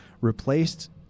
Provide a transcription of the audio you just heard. replaced